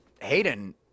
Hayden